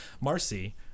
Marcy